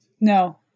No